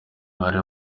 hari